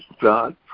God